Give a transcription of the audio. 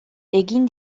egin